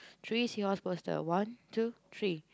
three seahorse poster one two three